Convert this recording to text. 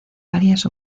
varias